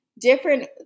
different